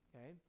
okay